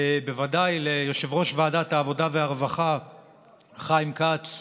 בוודאי ליו"ר ועדת העבודה והרווחה חיים כץ,